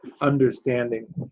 understanding